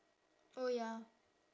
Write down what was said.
oh ya